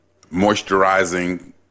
moisturizing